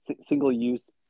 single-use